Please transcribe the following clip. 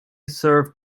served